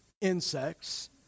insects